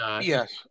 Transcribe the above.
Yes